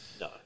No